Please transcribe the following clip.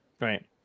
Right